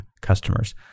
customers